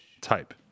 Type